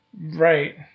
Right